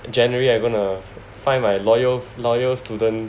in January I gonna find my loyal loyal student